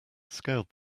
scaled